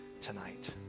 tonight